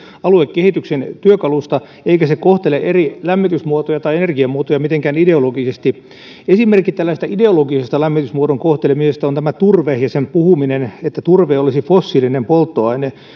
aluekehityksen työkalusta eikä se kohtele eri lämmitysmuotoja tai energiamuotoja mitenkään ideologisesti esimerkki tällaisesta ideologisesta lämmitysmuodon kohtelemisesta on turve ja puhuminen siitä että turve olisi fossiilinen polttoaine